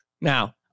Now